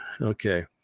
okay